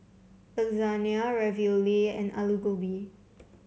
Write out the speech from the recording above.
Lasagna Ravioli and Alu Gobi